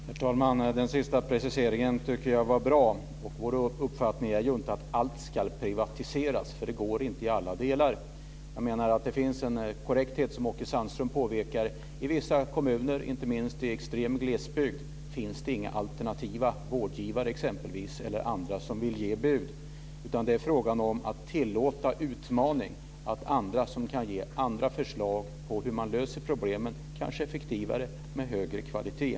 Herr talman! Den sista preciseringen tycker jag var bra. Vår uppfattning är ju inte att allt ska privatiseras. Det går inte i alla delar. Det finns en korrekthet, som Åke Sandström påpekade. I vissa kommuner, inte minst i extrem glesbygd, finns det t.ex. inga alternativa vårdgivare eller andra som vill ge bud. Det är fråga om att tillåta utmaningar, att låta andra ge förslag på hur man kanske löser problemen effektivare med högre kvalitet.